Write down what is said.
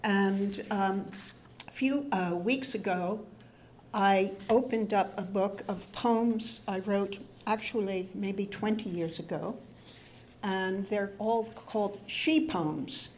and a few weeks ago i opened up a book of poems i wrote actually maybe twenty years ago and they're all called she p